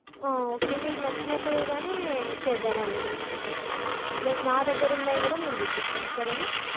okay మీకు నచ్చినట్టుగానే చేద్దామండి మేము మా దగ్గర ఉన్నాయి కూడా మేము చూపిస్తాము సరేనా